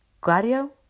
Gladio